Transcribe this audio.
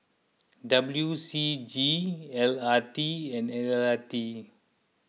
W C G L R T and L R T